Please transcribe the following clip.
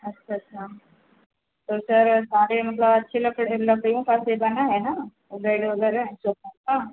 अच्छा अच्छा तो सर सारे मतलब अच्छी लकड़ी लकड़ियों का सेट बना है ना वह बेड वगैरह सोफा का